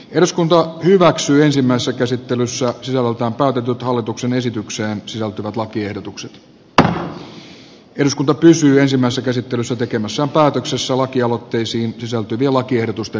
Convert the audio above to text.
eduskunta edellyttää että hallitus jatkaa perusturvan kehittämistä pitäen tavoitteena työmarkkinatuen tarveharkinnan poistaminen puolison sekä samassa käsittelyssä tekemässä päätöksessä lakialoitteisiin sisältyviä lakiehdotusten